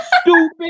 Stupid